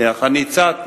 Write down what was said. כך אני הצעתי.